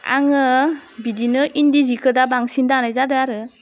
आङो बिदिनो इन्दि जिखौ दा बांसिन दानाय जादों आरो